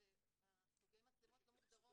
וסוגי המצלמות לא מוגדרים.